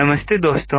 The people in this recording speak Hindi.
नमस्ते दोस्तों